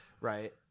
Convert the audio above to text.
right